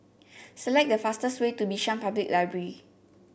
select the fastest way to Bishan Public Library